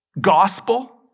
Gospel